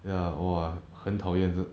ya 哇很讨厌这